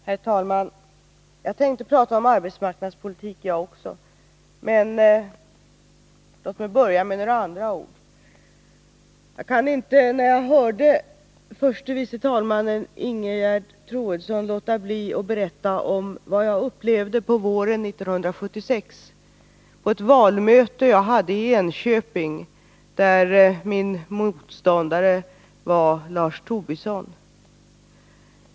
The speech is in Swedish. Herr talman! Även jag skall tala om arbetsmarknadspolitik, men låt mig börja med några andra ord. Efter att ha lyssnat till förste vice talmannen Ingegerd Troedsson kan jag inte låta bli att berätta vad jag upplevde våren 1976 på ett valmöte i Enköping, där Lars Tobisson var min motståndare.